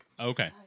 Okay